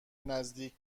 نزدیک